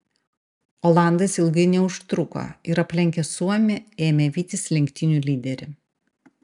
olandas ilgai neužtruko ir aplenkęs suomį ėmė vytis lenktynių lyderį